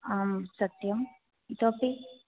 आं सत्यम् इतोऽपि